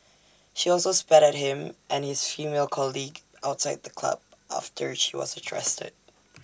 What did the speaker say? she also spat at him and his female colleague outside the club after she was trusted